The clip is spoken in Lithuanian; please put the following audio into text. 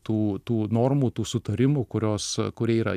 tų tų normų tų sutarimų kurios kurie yra